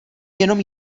jenom